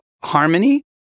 harmony